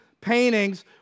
paintings